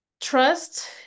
trust